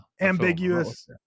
Ambiguous